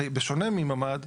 בשונה מממ"ד,